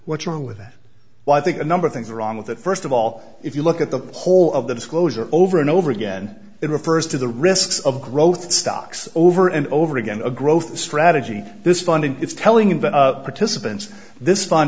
what's wrong with that but i think a number of things wrong with that first of all if you look at the whole of the disclosure over and over again it refers to the risks of growth stocks over and over again a growth strategy this funding it's telling the artists and this fund